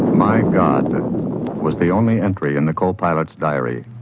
my god was the only entry in the co-pilot's diary.